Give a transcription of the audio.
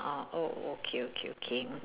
ah oh okay okay okay